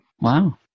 Wow